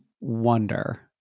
wonder